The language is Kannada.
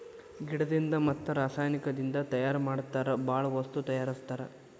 ಗಿಡದಿಂದ ಮತ್ತ ರಸಾಯನಿಕದಿಂದ ತಯಾರ ಮಾಡತಾರ ಬಾಳ ವಸ್ತು ತಯಾರಸ್ತಾರ